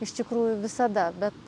iš tikrųjų visada bet